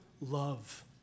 love